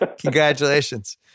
Congratulations